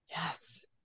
Yes